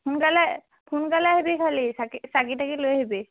সোনকালে সোনকালে আহিবি খালি চাকি চাকি তাকি লৈ আহিবি